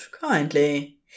kindly